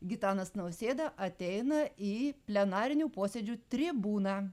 gitanas nausėda ateina į plenarinių posėdžių tribūną